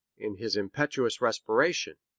in his impetuous respiration.